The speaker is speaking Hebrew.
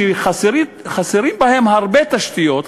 שחסרות בהם הרבה תשתיות,